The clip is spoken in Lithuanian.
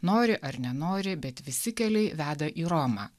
nori ar nenori bet visi keliai veda į romą